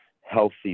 healthy